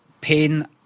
pain